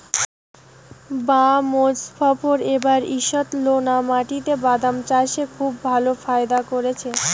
বাঃ মোজফ্ফর এবার ঈষৎলোনা মাটিতে বাদাম চাষে খুব ভালো ফায়দা করেছে